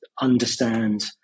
understand